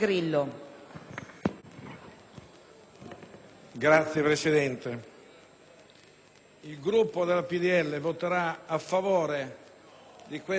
Signora Presidente, il Gruppo del PdL voterà a favore di questo provvedimento,